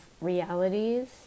realities